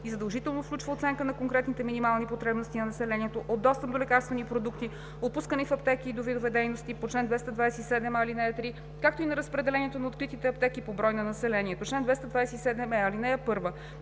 и задължително включва оценка на конкретните минимални потребности на населението от достъп до лекарствени продукти, отпускани в аптеки, и до видовете дейности по чл. 227а, ал. 3, както и на разпределението на откритите аптеки по брой на населението. Чл. 227е. (1)